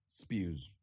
spews